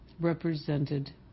represented